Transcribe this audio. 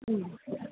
ഉം